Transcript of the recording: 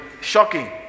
shocking